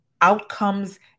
outcomes